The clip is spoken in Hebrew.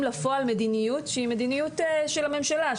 לפועל מדיניות שהיא מדיניות של הממשלה,